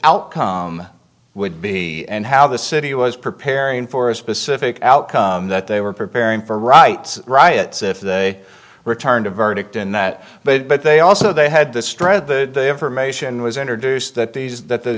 outcome would be and how the city was preparing for a specific outcome that they were preparing for right riots if they returned a verdict in that but they also they had the strength of the information was introduced that these that the